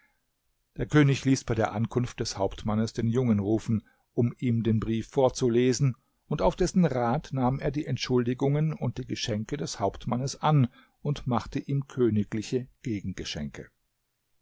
der könig ließ bei der ankunft des hauptmannes den jungen rufen um ihm den brief vorzulesen und auf dessen rat nahm er die entschuldigungen und die geschenke des hauptmannes an und machte ihm königliche